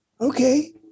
okay